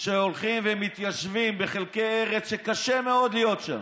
שהולכים ומתיישבים בחלקי ארץ שקשה מאוד להיות שם.